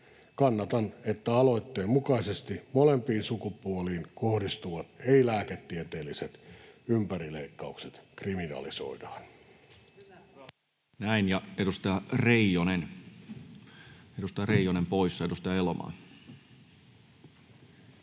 Kannatan, että aloitteen mukaisesti molempiin sukupuoliin kohdistuvat ei-lääketieteelliset ympärileikkaukset kriminalisoidaan.